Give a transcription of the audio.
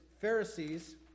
Pharisees